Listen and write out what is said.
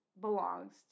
belongs